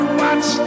watch